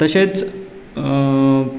तशेच